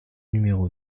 numéro